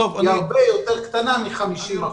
היא הרבה יותר קטנה מ-50 אחוזים.